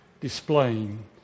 displaying